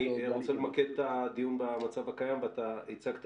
אני רוצה למקד את הדיון במצב הקיים ואתה הצגת